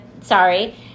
sorry